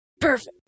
Perfect